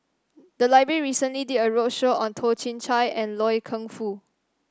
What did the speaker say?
the library recently did a roadshow on Toh Chin Chye and Loy Keng Foo